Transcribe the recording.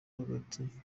hagati